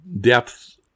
depth